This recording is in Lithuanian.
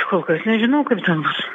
kol kas nežinau kaip ten bus